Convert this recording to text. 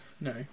No